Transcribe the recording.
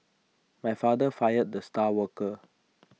my father fired the star worker